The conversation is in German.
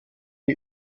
die